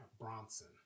Bronson